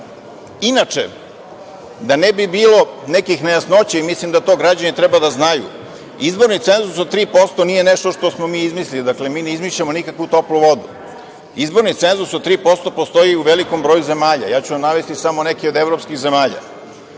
zakona. Inače, da ne bi bilo nekih nejasnoća i mislim da to građani treba da znaju, izborni cenzus od 3% nije nešto što smo mi izmislili, dakle, mi ne izmišljamo nikakvu toplu vodu, izborni cenzus od 3% postoji u velikom broju zemalja. Ja ću vam navesti samo neke od evropskih zemalja,